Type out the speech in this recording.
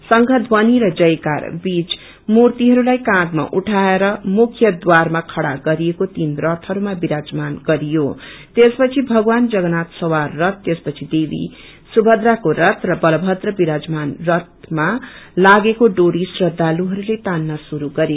शंख ध्वनि र जयकार बीच मूर्तिहरूलाई काँधामा उठएर मुख्यद्वारमा खड़ा गरिएको तीन रथमा विराजमान गरियो त्यसपछि भगवान जगन्नाथ सवार रथ त्यसपछि देवी सुभद्राको रथ र बलभद्र विराजमान रथमा लागेको डोरी श्रदातुहस्ले तान्न श्रुरू गरे